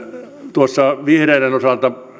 vihreiden osalta